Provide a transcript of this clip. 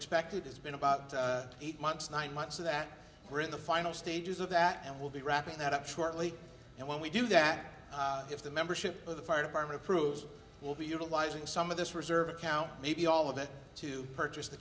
expected has been about eight months nine months so that we're in the final stages of that and we'll be wrapping that up shortly and when we do that if the membership of the fire department approves will be utilizing some of this reserve account maybe all of that to purchase the